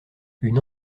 une